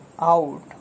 out